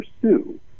pursue